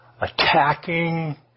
attacking